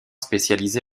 spécialisé